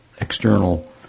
external